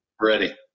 Ready